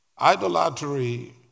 Idolatry